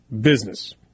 business